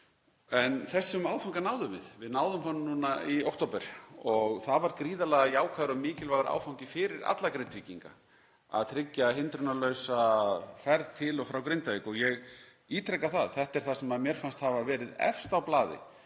En þessum áfanga náðum við. Við náðum honum núna í október og það var gríðarlega jákvæður og mikilvægur áfangi fyrir alla Grindvíkinga að tryggja hindrunarlausa ferð til og frá Grindavík. Ég ítreka að þetta er það sem mér fannst hafa verið efst á blaði